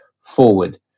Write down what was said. forward